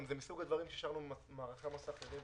זה גם מסוג הדברים שהשארנו במערכי מס אחרים,